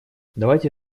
давайте